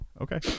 Okay